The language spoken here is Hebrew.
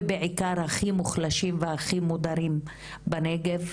ובעיקר הכי מוחלשים והכי מודרים בנגב,